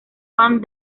fan